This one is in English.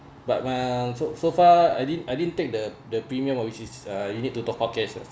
but my so so far I didn't I didn't take the the premium or which is uh you need to top-up cash uh